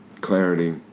clarity